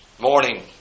morning